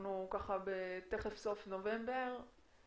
אנחנו תכף בסוף נובמבר.